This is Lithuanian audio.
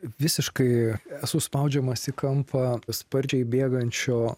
visiškai esu spaudžiamas į kampą sparčiai bėgančio